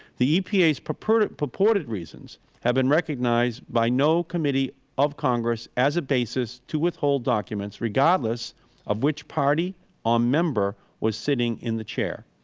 the epa's purported purported reasons have been recognized by no committee of congress as a basis to withhold documents, regardless of which party or um member was sitting in the chair.